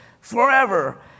Forever